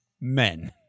men